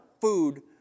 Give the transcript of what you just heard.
food